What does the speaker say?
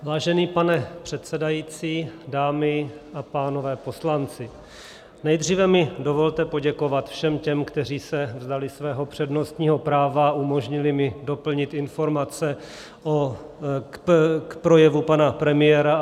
Vážený pane předsedající, dámy a pánové poslanci, nejdříve mi dovolte poděkovat všem těm, kteří se vzdali svého přednostního práva a umožnili mi doplnit informace k projevu pana premiéra.